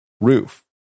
roof